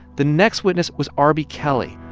the next witness was r b. kelley,